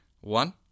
one